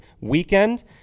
weekend